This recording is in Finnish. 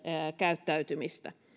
käyttäytymiseen